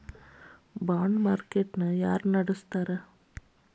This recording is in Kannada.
ಬಾಂಡ್ಮಾರ್ಕೇಟ್ ನ ಯಾರ್ನಡ್ಸ್ತಾರ?